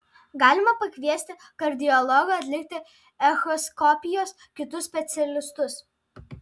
galima pakviesti kardiologą atlikti echoskopijos kitus specialistus